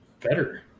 better